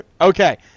okay